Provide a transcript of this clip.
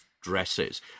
dresses